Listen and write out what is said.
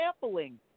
sampling